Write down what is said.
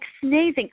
sneezing